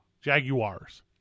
Jaguars